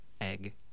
egg